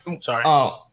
sorry